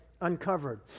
uncovered